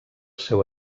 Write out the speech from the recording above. seu